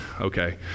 okay